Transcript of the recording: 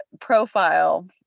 profile